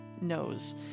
knows